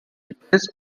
depends